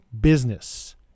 business